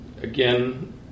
again